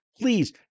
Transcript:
please